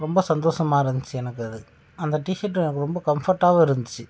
ரொம்ப சந்தோசமாக இருந்திச்சு எனக்கு அது அந்த டி ஷர்ட் எனக்கு ரொம்ப கம்ஃபோர்ட்டாகவும் இருந்திச்சு